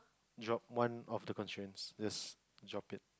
drop one of the constraints just drop it